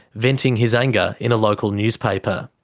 venting his anger in a local newspaper.